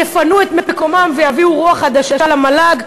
יפנו את מקומם ויביאו רוח חדשה למל"ג.